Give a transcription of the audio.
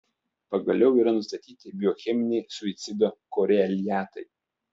pagaliau yra nustatyti biocheminiai suicido koreliatai